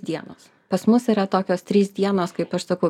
dienos pas mus yra tokios trys dienos kaip aš sakau